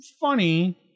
funny